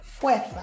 fuerza